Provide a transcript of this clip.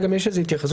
גם לי וגם לך,